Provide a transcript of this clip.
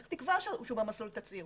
איך תקבע שהוא במסלול תצהיר?